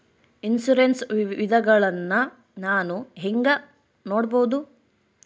Insurance ವಿಧಗಳನ್ನ ನಾನು ಹೆಂಗ ನೋಡಬಹುದು?